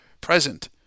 present